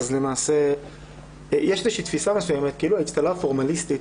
יש איזושהי תפיסה מסוימת כאילו האצטלה הפורמליסטית,